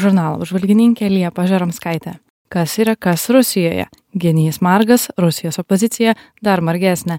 žurnalo apžvalgininkė liepa žeromskaitė kas yra kas rusijoje genys margas rusijos opozicija dar margesnė